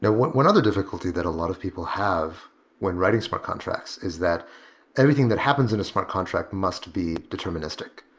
one one other difficulty that a lot of people have when writing smart contracts is that everything that happens in a smart contract must be deterministic,